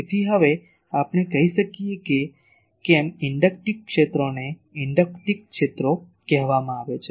તેથી હવે આપણે કહી શકીએ કે કેમ ઇન્ડકટીવ ક્ષેત્રોને ઇન્ડકટીવ ક્ષેત્રો કહેવામાં આવે છે